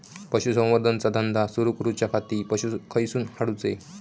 पशुसंवर्धन चा धंदा सुरू करूच्या खाती पशू खईसून हाडूचे?